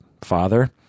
father